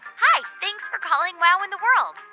hi. thanks for calling wow in the world.